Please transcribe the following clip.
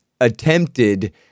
attempted